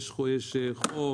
יש חוק,